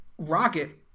rocket